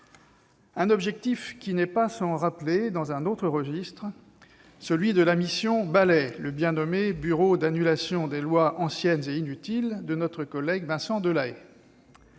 Un objectif qui n'est pas sans rappeler, dans un autre registre, celui de la mission Balai, d'après le bien nommé bureau d'abrogation des lois anciennes et inutiles, de notre collègue Vincent Delahaye.